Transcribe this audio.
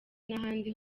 n’ahandi